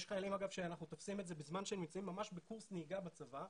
יש חיילים שאנחנו תופסים את זה בזמן שהם נמצאים ממש בקורס נהיגה בצבא,